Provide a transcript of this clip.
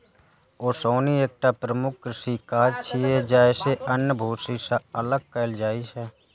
ओसौनी एकटा प्रमुख कृषि काज छियै, जइसे अन्न कें भूसी सं अलग कैल जाइ छै